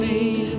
See